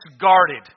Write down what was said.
guarded